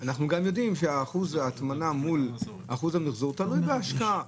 שאחוז המחזור תלוי בהשקעה,